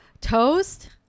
toast